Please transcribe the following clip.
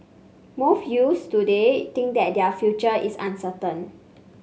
most youths today think that their future is uncertain